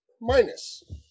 minus